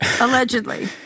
allegedly